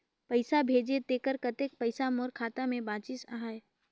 पइसा भेजे तेकर कतेक पइसा मोर खाता मे बाचिस आहाय?